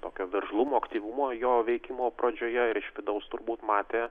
tokio veržlumo aktyvumo jo veikimo pradžioje iš vidaus turbūt matė